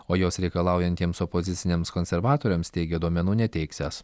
o jos reikalaujantiems opoziciniams konservatoriams teigė duomenų neteiksiąs